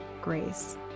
grace